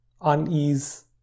unease